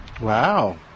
wow